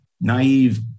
naive